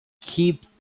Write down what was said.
keep